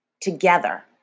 together